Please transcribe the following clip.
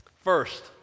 First